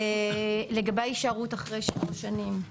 לגבי ההישארות אחרי שלוש שנים,